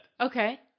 Okay